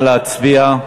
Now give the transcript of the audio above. התשע"ג 2013,